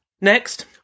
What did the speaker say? Next